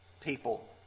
people